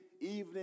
evening